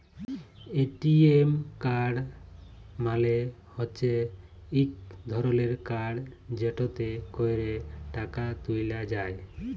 ATM card মালে হচ্যে ইক ধরলের কাড় যেটতে ক্যরে টাকা ত্যুলা যায়